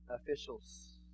officials